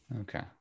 Okay